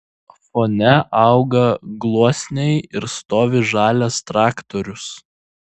fone auga gluosniai ir stovi žalias traktorius